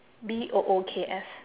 B O O K S